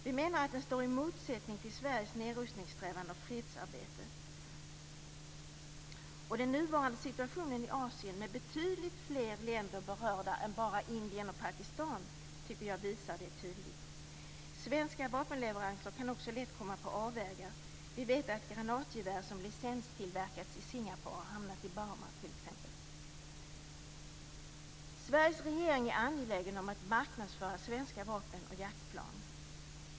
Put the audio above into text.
Vi menar att den står i motsättning till Sveriges nedrustningssträvan och fredsarbete. Den nuvarande situationen i Asien med betydligt fler länder berörda än bara Indien och Pakistan visar det tydligt. Svenska vapenleveranser kan också lätt komma på avvägar. Vi vet att ett granatgevär som licenstillverkats i Singapore t.ex. hamnat i Burma. Sveriges regering är angelägen om att marknadsföra svenska vapen och jaktplan.